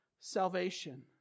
salvation